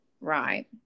right